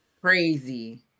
crazy